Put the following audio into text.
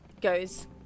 goes